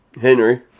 Henry